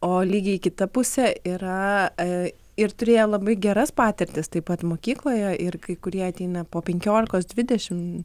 o lygiai kita pusė yra ir turi jie labai geras patirtis taip pat mokykloje ir kai kurie ateina po penkiolikos dvidešimt